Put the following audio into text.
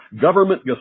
government